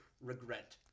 regret